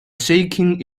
shaking